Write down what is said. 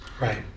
Right